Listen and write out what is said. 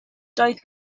doedd